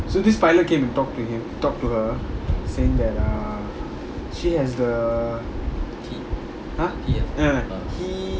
so this pilot came and talk to him talk to her saying that uh she has the !huh! ya ya he